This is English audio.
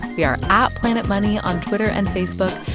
we are at planetmoney on twitter and facebook.